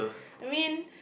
I mean